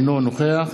אינו נוכח